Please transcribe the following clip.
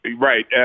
Right